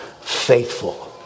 faithful